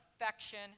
affection